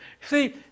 See